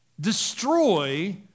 Destroy